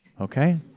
okay